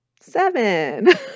seven